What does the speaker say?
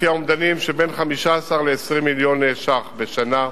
לפי האומדנים, בין 15 ל-20 מיליון שקלים בשנה.